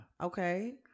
Okay